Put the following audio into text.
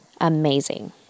amazing